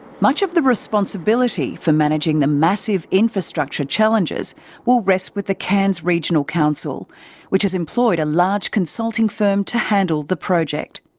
much of the responsibility for managing the massive infrastructure challenges will rest with the cairns regional council which has employed a large consulting firm to handle the project.